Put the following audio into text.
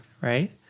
Right